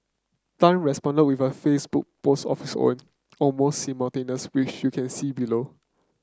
Tan responded with a Facebook post of his own almost which you can see below